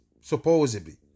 supposedly